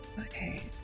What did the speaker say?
okay